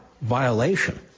violation